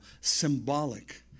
symbolic